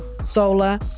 solar